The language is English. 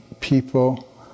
people